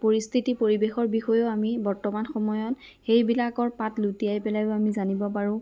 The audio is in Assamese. পৰিস্থিতি পৰিৱেশৰ বিষয়েও আমি বৰ্তমান সময়ত সেইবিলাকৰ পাত লুটিয়াই পেলাইও আমি জানিব পাৰোঁ